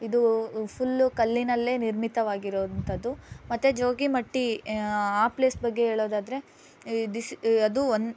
ಇದು ಫುಲ್ಲು ಕಲ್ಲಿನಲ್ಲೇ ನಿರ್ಮಿತವಾಗಿರೋವಂಥದ್ದು ಮತ್ತೆ ಜೋಗಿಮಟ್ಟಿ ಆ ಪ್ಲೇಸ್ ಬಗ್ಗೆ ಹೇಳೋದಾದ್ರೆ ದಿಸ್ ಅದು ಒನ್